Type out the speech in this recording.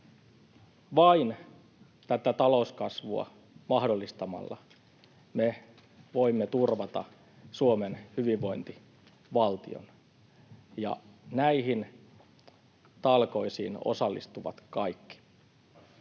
Vain talouskasvua mahdollistamalla me voimme turvata Suomen hyvinvointivaltion, ja näihin talkoisiin osallistuvat kaikki.